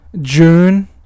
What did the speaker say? June